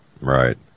Right